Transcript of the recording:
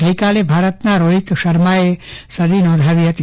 ગઈકાલે ભારતના રોહિત શર્માએ સદી નોંધાવી હતી